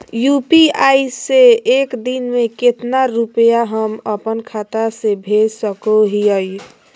UPI से एक दिन में कितना रुपैया हम अपन खाता से भेज सको हियय?